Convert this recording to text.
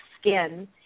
skin